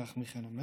כך מיכאל אומר,